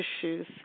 issues